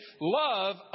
love